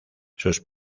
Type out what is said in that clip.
sus